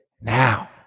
now